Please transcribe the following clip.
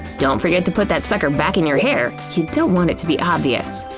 don't forget to put that sucker back in your hair, you don't want it to be obvious.